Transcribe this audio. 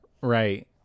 Right